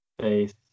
face